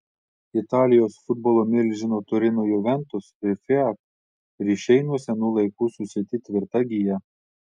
italijos futbolo milžino turino juventus ir fiat ryšiai nuo senų laikų susieti tvirta gija